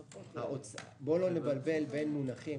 אני מציע שלא נבלבל בין מונחים,